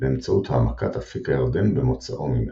באמצעות העמקת אפיק הירדן במוצאו ממנו.